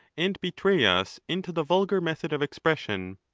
and betray us into the vulgar method of expression.